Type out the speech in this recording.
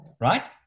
right